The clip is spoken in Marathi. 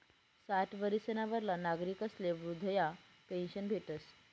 साठ वरीसना वरला नागरिकस्ले वृदधा पेन्शन भेटस